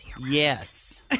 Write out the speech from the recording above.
Yes